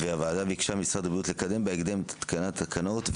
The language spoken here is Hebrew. והוועדה ביקשה ממשרד הבריאות לקדם בהקדם את התקנת התקנות,